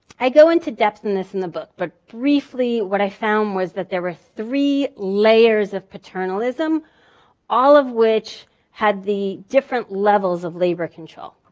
i go into depth in this in the book, but briefly, what i found was that there are three layers of paternalism all of which had the different levels of labor control.